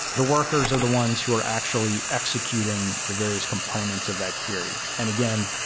the workers are the ones who are actually executing the various components of that query. and again,